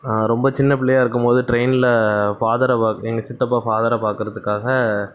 ரொம்ப சின்ன பிள்ளையாக இருக்கும்போது ட்ரெயினில் ஃபாதரை வ எங்க சித்தப்பா ஃபாதரை பார்க்கறதுக்காக